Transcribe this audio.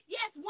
Yes